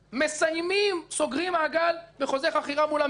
מסיימים, סוגרים מעגל בחוזה חכירה מול הממונה.